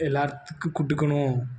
எல்லார்த்துக்கும் கொடுக்கணும்